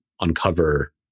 uncover